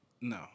No